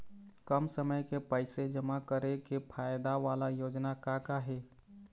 कम समय के पैसे जमा करे के फायदा वाला योजना का का हे?